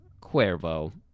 Cuervo